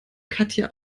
katja